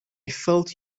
felt